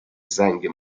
زنگ